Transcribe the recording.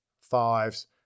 fives